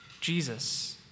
Jesus